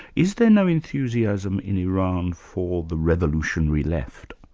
is there no enthusiasm in iran for the revolutionary left?